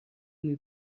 میوه